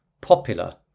popular